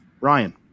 Ryan